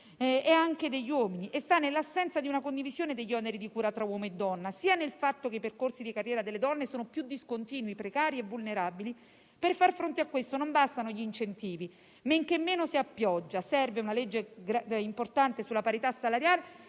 è anche degli uomini, e sta nell'assenza di una condivisione degli oneri di cura tra uomo e donna, nel fatto che i percorsi di carriera delle donne sono più discontinui, precari e vulnerabili. Per far fronte a questo non bastano gli incentivi, men che meno se a pioggia. Serve una legge importante sulla parità salariale;